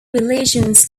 religions